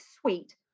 sweet